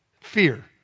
fear